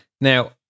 Now